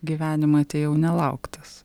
gyvenimą atėjau nelauktas